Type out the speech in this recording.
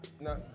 no